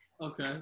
Okay